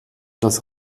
das